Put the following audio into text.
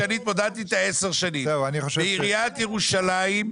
שאני התמודדתי איתה עשר שנים: בעיריית ירושלים,